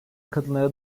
kadınlara